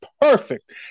perfect